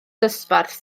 dosbarth